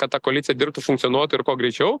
kad ta koalicija dirbtų funkcionuotų ir kuo greičiau